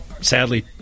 sadly